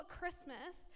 Christmas